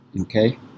okay